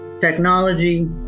technology